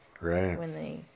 Right